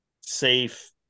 safe